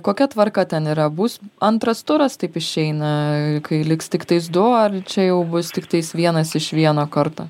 kokia tvarka ten yra bus antras turas taip išeina kai liks tiktais du ar čia jau bus tiktais vienas iš vieno karto